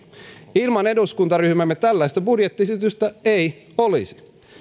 ilman eduskuntaryhmäämme tällaista budjettiesitystä ei olisi